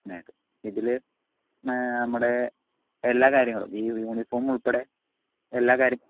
അഡ്മിഷനായിട്ട് ഇതില് നമ്മുടെ എല്ലാ കാര്യങ്ങളും ഈ യൂണിഫോം ഉൾപ്പടെ എല്ലാ കാര്യങ്ങളും